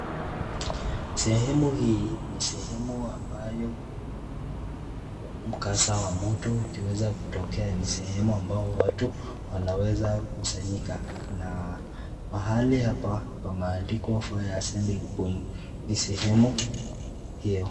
Sehemu hii ni sehemu ambayo mkasa wa moto ukiweza kutokea ni sehemu ambao watu wanaweza kusanyika na pahali hapa pameandikwa fire assembly point ni sehemu hiyo.